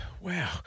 wow